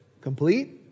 complete